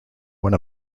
one